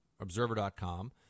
Observer.com